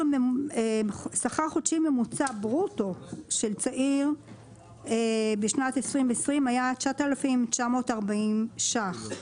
שכר חודשי ממוצע ברוטו של צעיר בשנת 2020 היה 9,940 ש"ח.